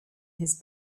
his